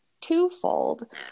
twofold